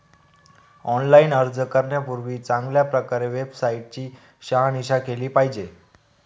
online अर्ज करण्यापूर्वी चांगल्या प्रकारे वेबसाईट ची शहानिशा केली पाहिजे